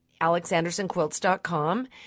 alexandersonquilts.com